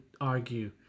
argue